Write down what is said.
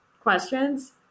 questions